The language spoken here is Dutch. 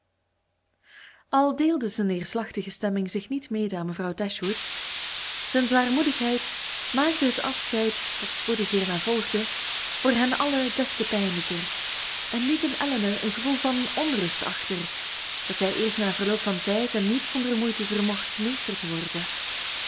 al deelde zijn neerslachtige stemming zich niet mede aan mevrouw dashwood zijn zwaarmoedigheid maakte het afscheid dat spoedig hierna volgde voor hen allen des te pijnlijker en liet in elinor een gevoel van onrust achter dat zij eerst na verloop van tijd en niet zonder moeite vermocht meester te worden